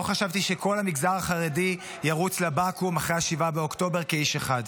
לא חשבתי שכל המגזר החרדי ירוץ לבקו"ם אחרי 7 באוקטובר כאיש אחד.